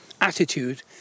attitude